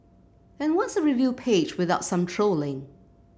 and what's a review page without some trolling